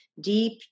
deep